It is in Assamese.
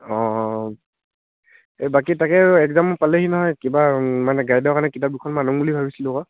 অ' এই বাকী তাকে একজাম পালেহি নহয় কিবা মানে গাইডৰ কাৰণে কিতাপ দুখনমান আনো বুলি ভাবিছিলোঁ আক'